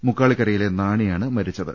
മുക്കാളിക്കരയിലെ നാണിയാണ് മരിച്ചത്